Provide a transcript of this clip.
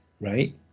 right